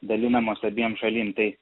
dalinamos abiem šalim tai